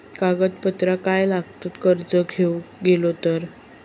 कागदपत्रा काय लागतत कर्ज घेऊक गेलो तर?